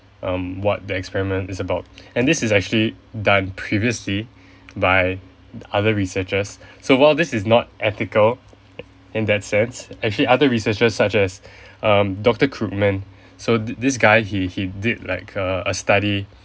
um what the experiment is about and this is actually done previously by other researchers so while this is not ethical in that sense actually other researcher such as um doctor Krugman so th~ this guy he he did like a a study